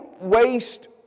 waste